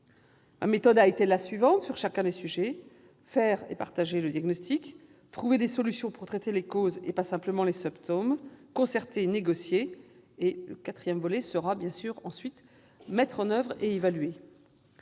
Ma méthode a été la suivante sur chacun des sujets : faire et partager le diagnostic, trouver des solutions pour traiter les causes et pas seulement les symptômes, concerter et négocier ; le quatrième volet va consister à mettre en oeuvre et à évaluer.